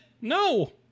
no